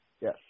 yes